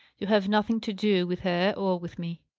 you have nothing to do with her or with me.